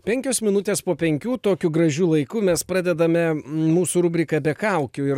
penkios minutės po penkių tokiu gražiu laiku mes pradedame m mūsų rubriką be kaukių ir